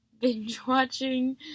binge-watching